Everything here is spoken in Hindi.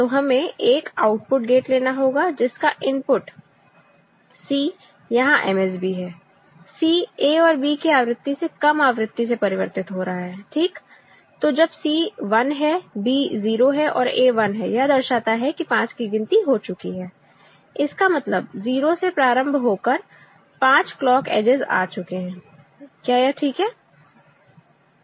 तो हमें एक आउटपुट गेट लेना होगा जिसका इनपुट C यहां MSB है C A और B की आवृत्ति से कम आवृत्ति से परिवर्तित हो रहा है ठीक तो जब C 1 है B 0 है और A 1 है यह दर्शाता है कि 5 की गिनती हो चुकी है इसका मतलब 0 से प्रारंभ होकर 5 क्लॉक एज आ चुके हैं क्या यह ठीक है